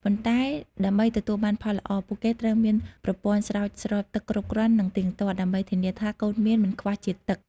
ប៉ុន្តែដើម្បីទទួលបានផលល្អ ពួកគេត្រូវមានប្រព័ន្ធស្រោចស្រពទឹកគ្រប់គ្រាន់និងទៀងទាត់ ដើម្បីធានាថា កូនមៀនមិនខ្វះជាតិទឹក។